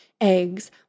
eggs